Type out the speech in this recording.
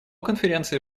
конференции